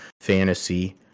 fantasy